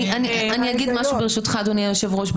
אדוני היושב-ראש,